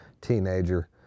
teenager